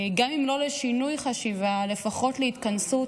גם אם לא לשינוי חשיבה, לפחות להתכנסות,